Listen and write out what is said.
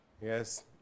yes